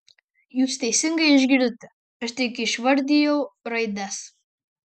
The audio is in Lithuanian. jūs teisingai išgirdote aš tik išvardijau raides